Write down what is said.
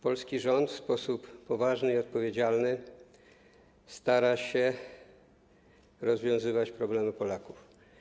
Polski rząd w sposób poważny i odpowiedzialny stara się rozwiązywać problemy Polaków.